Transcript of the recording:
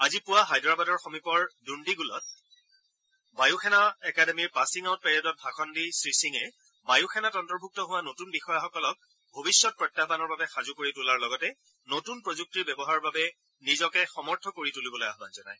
আজি পুৱা হায়দৰাবাদৰ সমীপৰ দুণ্ণীগলত বায়ু সেনা একাডেমীৰ পাছিং আউট পেৰেডত ভাষণত দি শ্ৰীসিঙে বায়ু সেনাত অন্তৰ্ভুক্ত হোৱা নতুন বিষয়াসকলক ভৱিষ্যত প্ৰত্যাহ্বানৰ বাবে সাজু কৰি তোলাৰ লগতে নতুন প্ৰযুক্তি ব্যৱহাৰৰ বাবে নিজকে সমৰ্থ কৰি তুলিবলৈ আহান জনায়